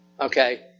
Okay